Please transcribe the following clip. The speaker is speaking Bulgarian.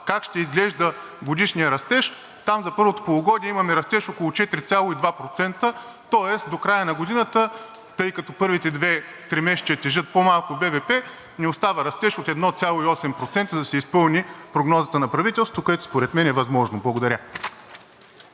как ще изглежда годишният растеж, там за първото полугодие имаме растеж около 4,2%, тоест до края на годината, тъй като първите две тримесечия тежат по-малко БВП, ни остава растеж от 1,8% да се изпълни прогнозата на правителството, което според мен е възможно. Благодаря.